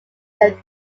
where